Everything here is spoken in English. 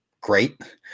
great